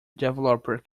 developer